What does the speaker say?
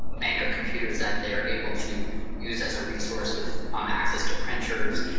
a bank of computers that they are able to use as a resource with um access to printers.